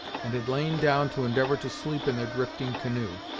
and had lain down to endeavor to sleep in their drifting canoe.